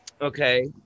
okay